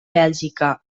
bèlgica